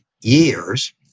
years